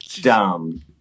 dumb